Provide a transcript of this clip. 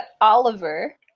oliver